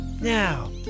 Now